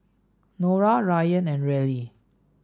Norah Ryann and Reilly